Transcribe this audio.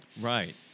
Right